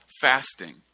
fasting